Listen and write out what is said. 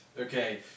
Okay